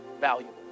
valuable